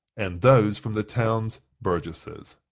and those from the towns burgesses.